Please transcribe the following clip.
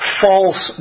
false